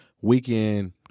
Weekend